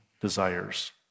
desires